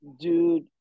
dude